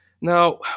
Now